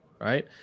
right